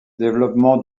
développement